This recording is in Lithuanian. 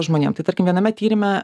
žmonėm tai tarkim viename tyrime